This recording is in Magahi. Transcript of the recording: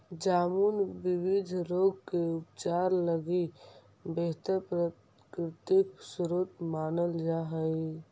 जामुन विविध रोग के उपचार लगी बेहतर प्राकृतिक स्रोत मानल जा हइ